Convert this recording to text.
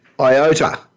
IOTA